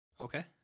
Okay